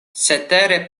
cetere